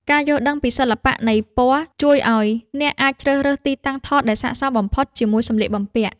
ការយល់ដឹងពីសិល្បៈនៃពណ៌ជួយឱ្យអ្នកអាចជ្រើសរើសទីតាំងថតដែលសក្តិសមបំផុតជាមួយសម្លៀកបំពាក់។